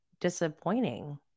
disappointing